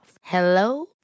Hello